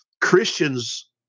Christians